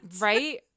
Right